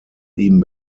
ihm